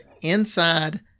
inside